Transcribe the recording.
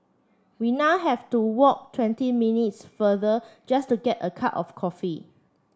we now have to walk twenty minutes farther just to get a cup of coffee